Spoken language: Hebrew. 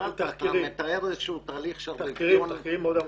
תחקירים מאוד עמוקים.